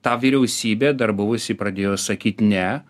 ta vyriausybė dar buvusi pradėjo sakyt ne